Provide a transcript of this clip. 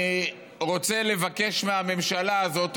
אני רוצה לבקש מהממשלה הזאת,